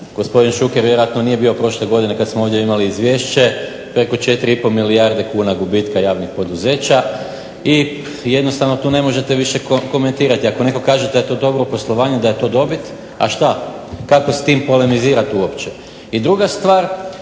gospodin Šuker vjerojatno nije bio prošle godine kad smo ovdje imali izvješće – preko 4,5 milijarde kuna gubitka javnih poduzeća. I jednostavno tu ne možete više komentirati. Ako netko kaže da je to dobro poslovanje i da je to dobit, a što, kako s tim polemizirati uopće? I druga stvar,